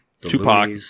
Tupac